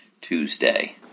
Tuesday